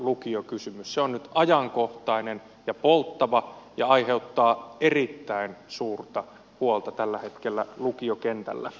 se on nyt ajankohtainen ja polttava ja aiheuttaa erittäin suurta huolta tällä hetkellä lukiokentällä